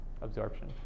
absorption